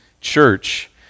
church